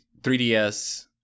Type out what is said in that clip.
3ds